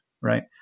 Right